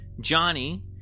Johnny